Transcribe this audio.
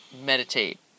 meditate